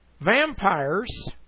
vampires